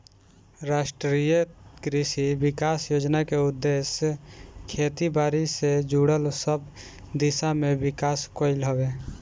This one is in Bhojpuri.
राष्ट्रीय कृषि विकास योजना के उद्देश्य खेती बारी से जुड़ल सब दिशा में विकास कईल हवे